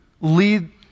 lead